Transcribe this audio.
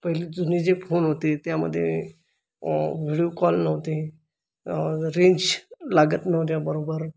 पहिले जुने जे फोन होते त्यामधे व्हिडीओ कॉल नव्हते रेंज लागत नव्हत्या बरोबर